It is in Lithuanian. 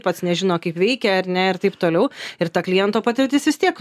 pats nežino kaip veikia ar ne ir taip toliau ir ta kliento patirtis vis tiek